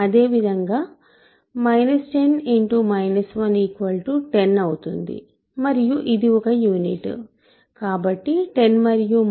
అదేవిధంగా 10 అవుతుంది మరియు ఇది ఒక యూనిట్